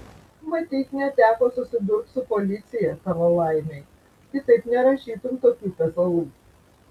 matyt neteko susidurt su policija tavo laimei kitaip nerašytum tokių pezalų